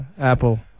apple